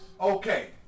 Okay